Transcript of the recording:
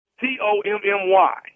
T-O-M-M-Y